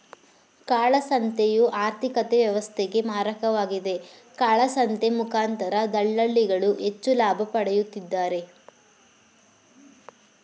ಕಾಳಸಂತೆಯು ಆರ್ಥಿಕತೆ ವ್ಯವಸ್ಥೆಗೆ ಮಾರಕವಾಗಿದೆ, ಕಾಳಸಂತೆ ಮುಖಾಂತರ ದಳ್ಳಾಳಿಗಳು ಹೆಚ್ಚು ಲಾಭ ಪಡೆಯುತ್ತಿದ್ದಾರೆ